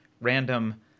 random